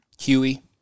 Huey